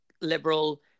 liberal